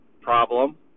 problem